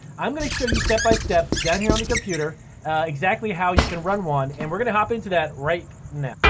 i'm gonna show you step-by-step down here on the computer exactly how you can run one. and we're going to hop into that right now.